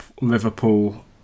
Liverpool